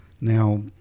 now